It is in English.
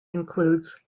includes